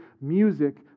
Music